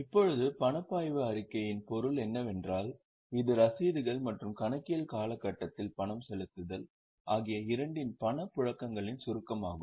இப்போது பணப்பாய்வு அறிக்கையின் பொருள் என்னவென்றால் இது ரசீதுகள் மற்றும் கணக்கியல் காலகட்டத்தில் பணம் செலுத்துதல் ஆகிய இரண்டின் பணப்புழக்கங்களின் சுருக்கமாகும்